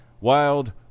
wild